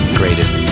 greatest